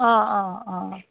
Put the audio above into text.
অঁ অঁ অঁ